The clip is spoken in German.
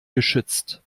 geschützt